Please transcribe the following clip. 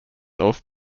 auf